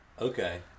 okay